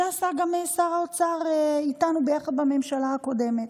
את זה עשה גם שר האוצר איתנו יחד בממשלה הקודמת.